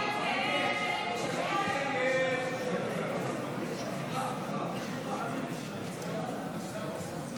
ההסתייגויות לסעיף 26 בדבר תוספת תקציב